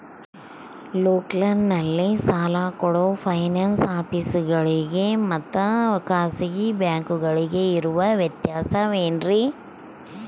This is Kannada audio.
ಲೋಕಲ್ನಲ್ಲಿ ಸಾಲ ಕೊಡೋ ಫೈನಾನ್ಸ್ ಆಫೇಸುಗಳಿಗೆ ಮತ್ತಾ ಖಾಸಗಿ ಬ್ಯಾಂಕುಗಳಿಗೆ ಇರೋ ವ್ಯತ್ಯಾಸವೇನ್ರಿ?